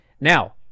Now